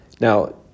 Now